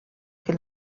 que